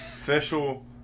Official